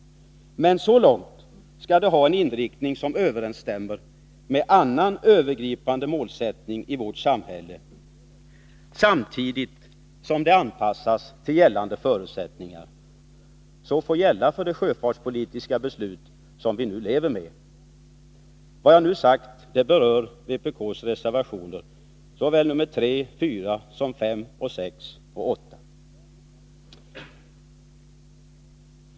Men så långt som det är möjligt skall det ha en inriktning som överensstämmer med annan övergripande målsättning i vårt samhälle, samtidigt som det anpassas till de förutsättningar som gäller enligt det sjöfartspolitiska beslut som vi lever med. Vad jag nu har sagt berör vpk-reservationerna nr 3, 4, 5, 6 och 8.